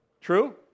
True